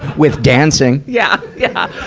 with dancing. yeah. yeah.